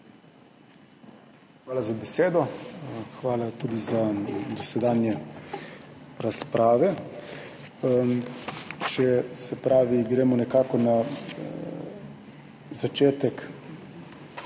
Hvala za besedo. Hvala tudi za dosedanje razprave. Če gremo nekako na začetek,